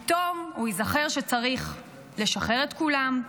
פתאום הוא ייזכר שצריך לשחרר את כולם,